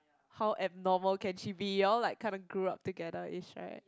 how abnormal can she be you all like kinda grew up together ish right